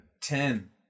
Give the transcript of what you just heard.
ten